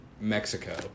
mexico